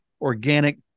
organic